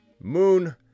moon